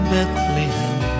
Bethlehem